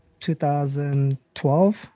2012